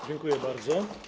Dziękuję bardzo.